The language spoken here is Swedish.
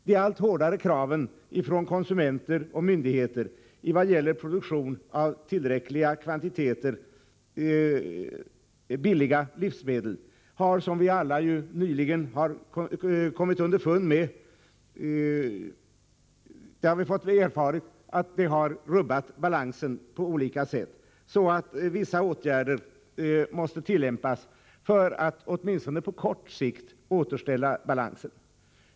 De allt hårdare kraven från konsumenter och myndigheter i vad gäller produktion av tillräckliga kvantiteter billiga livsmedel har, som vi alla nyligen kommit underfund med, rubbat balansen på olika sätt, så att vissa åtgärder måste vidtas för att åtminstone på kort sikt återställa balansen.